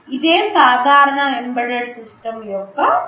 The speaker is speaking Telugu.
ఇదే సాధారణ ఎంబెడెడ్ సిస్టమ్ యొక్క స్కీమాటిక్